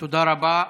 תודה רבה.